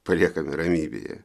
paliekame ramybėje